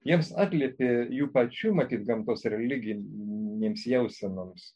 jiems atliepė jų pačių matyt gamtos religinėms jausenoms